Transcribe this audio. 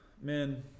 Man